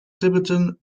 tibetan